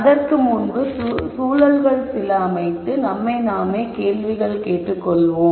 அதற்கு முன்பு சூழல்கள் அமைத்து நம்மை நாமே சில கேள்விகள் கேட்டு கொள்வோம்